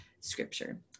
scripture